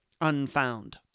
unfound